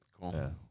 Cool